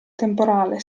temporale